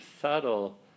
subtle